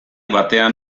batean